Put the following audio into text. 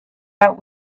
that